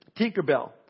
Tinkerbell